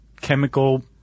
chemical